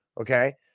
okay